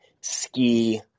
ski